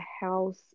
house